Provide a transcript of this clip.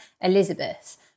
Elizabeth